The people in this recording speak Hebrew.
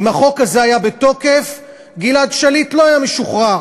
אם החוק הזה היה בתוקף, גלעד שליט לא היה משוחרר,